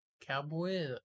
cowboy